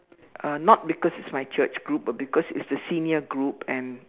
uh not because it's my church group but because it's the senior group and